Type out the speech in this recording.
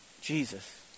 Jesus